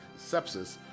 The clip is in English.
sepsis